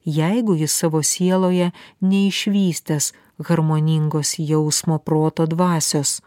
jeigu jis savo sieloje neišvystęs harmoningos jausmo proto dvasios